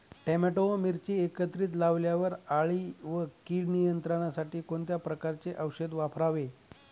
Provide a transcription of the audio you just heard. Tomato व मिरची एकत्रित लावल्यावर अळी व कीड नियंत्रणासाठी कोणत्या प्रकारचे औषध फवारावे?